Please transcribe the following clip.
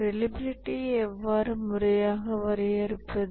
ரிலையபிலிட்டியை எவ்வாறு முறையாக வரையறுப்பது